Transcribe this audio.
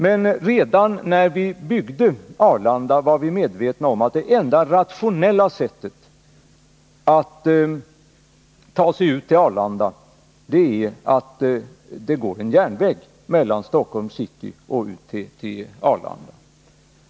Men redan när vi byggde Arlanda var vi medvetna om att det enda rationella sättet att ta sig ut till Arlanda är att använda sig av järnväg från Stockholms city till Arlanda.